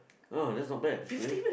oh that's not bad actually